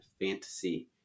fantasy